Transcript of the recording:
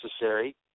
necessary